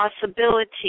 possibility